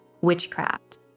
witchcraft